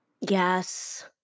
Yes